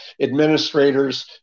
administrators